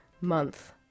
month